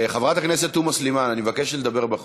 חברת הכנסת תומא סלימאן, אני מבקש לדבר בחוץ.